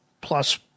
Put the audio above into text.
plus